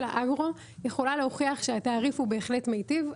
האגרו יכולה להוכיח שהתעריף הוא בהחלט מיטיב.